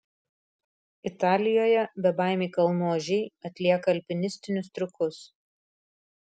italijoje bebaimiai kalnų ožiai atlieka alpinistinius triukus